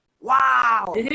wow